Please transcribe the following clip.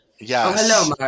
Yes